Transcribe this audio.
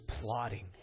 plotting